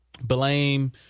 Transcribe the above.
blame